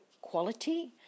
quality